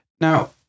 Now